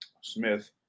Smith